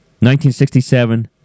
1967